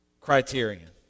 criterion